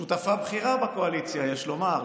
שותפה בכירה בקואליציה, יש לומר.